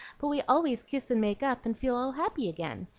but we always kiss and make up, and feel all happy again.